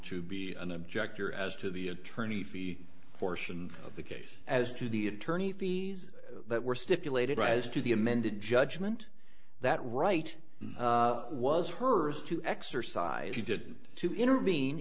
to be an object or as to the attorney for the fortune of the case as to the attorney fees that were stipulated as to the amended judgment that right was hers to exercise she did to intervene